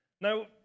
Now